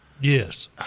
Yes